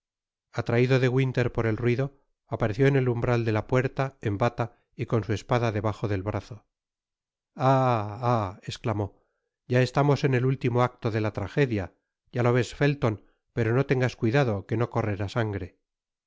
carcajada atraido de winter por el ruido apareció en el umbral de la puerta en bata y con su espada debajo el brazo ah ah esclamó ya estamos en el último acto de la tragedia ya lo es felton pero no tengas cuidado que no correrá sangre